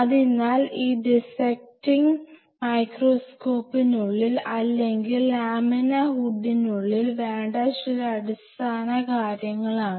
അതിനാൽ ഇവ ഡിസ്സെക്റ്റിംഗ് മൈക്രോസ്കോപ്പിനുള്ളിൽ അല്ലെങ്കിൽ ലാമിനാർ ഹുഡിനുള്ളിൽ വേണ്ട ചില അടിസ്ഥാന കാര്യങ്ങളാണ്